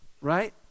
right